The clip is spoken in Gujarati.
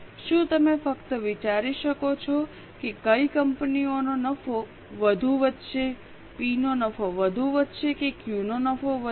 શું તમે ફક્ત વિચારી શકો છો કે કઈ કંપનીઓનો નફો વધુ વધશે પી નો નફો વધુ વધશે કે ક્યૂ નો નફો વધારે